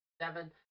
seven